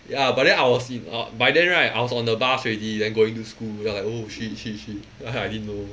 ya but then I was in uh by then right I was on the bus already then going to school then I like oh shit shit shit I didn't know